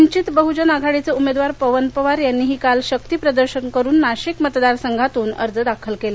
वंचित बहजन आघाडीचे उमेदवार पवन पवार यांनीही आज शक्तिप्रदर्शन करून नाशिक मतदार संघातून अर्ज दाखल केला